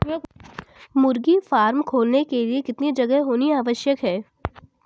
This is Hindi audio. मुर्गी फार्म खोलने के लिए कितनी जगह होनी आवश्यक है?